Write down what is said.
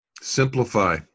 Simplify